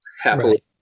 happily